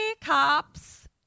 cops